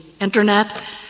internet